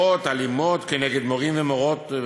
התקפות אלימות כנגד מורים ומורות.